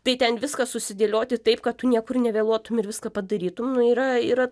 tai ten viską susidėlioti taip kad tu niekur nevėluotum ir viską padarytum nu yra yra